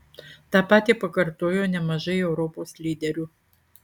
tą patį pakartojo nemažai europos lyderių